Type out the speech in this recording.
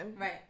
Right